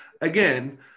again